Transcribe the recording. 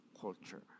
culture